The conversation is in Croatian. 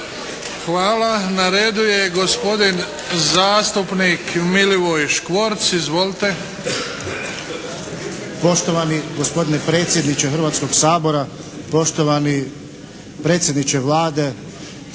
Hvala. Na redu je gospodin zastupnik Milivoj Škvorc. Izvolite! **Škvorc, Milivoj (HDZ)** Poštovani gospodine predsjedniče Hrvatskog sabora, poštovani predsjedniče Vlade,